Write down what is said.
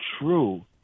true